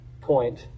point